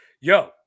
yo